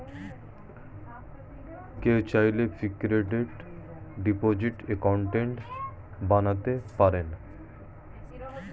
কেউ চাইলে fixed deposit account বানাতে পারেন